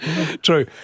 True